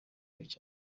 cyane